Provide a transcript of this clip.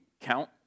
count